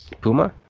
Puma